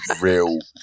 real